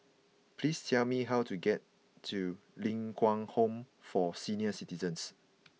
please tell me how to get to Ling Kwang Home for Senior Citizens